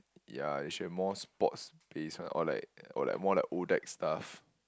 ya they should have more sports based one or like or like more like Odac stuff